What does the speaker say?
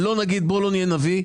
בואו לא נהיה נביאים,